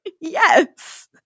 Yes